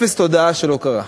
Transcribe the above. אפס תודעה של הוקרה.